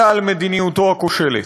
אלא על מדיניותו הכושלת.